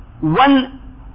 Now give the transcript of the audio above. one